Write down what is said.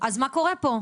אז מה קורה פה?